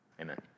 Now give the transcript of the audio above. Amen